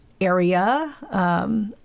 area